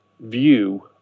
view